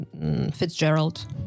Fitzgerald